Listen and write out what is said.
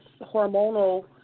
hormonal